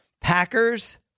Packers